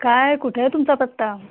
काय कुठे आहे तुमचा पत्ता